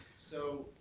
so,